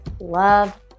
Love